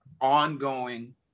ongoing